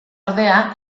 ordea